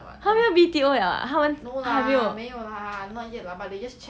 他们要 B_T_O liao ah 他们还没有